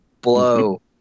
blow